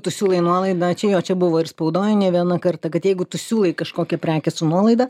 tu siūlai nuolaidą čia jo čia buvo ir spaudoj ne vieną kartą kad jeigu tu siūlai kažkokią prekę su nuolaida